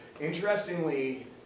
Interestingly